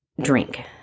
drink